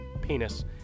Penis